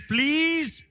Please